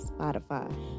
Spotify